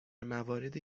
مواردی